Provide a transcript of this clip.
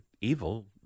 evil